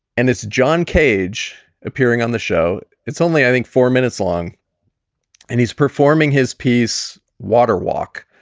and it's john cage appearing on the show. it's only, i think, four minutes long and he's performing his piece, water walk,